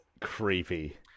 creepy